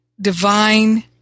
divine